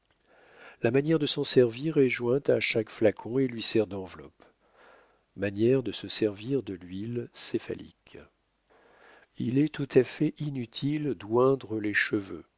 la manière de s'en servir est jointe à chaque flacon et lui sert d'enveloppe manière de se servir de l'huile céphalique il est tout à fait inutile d'oindre les cheveux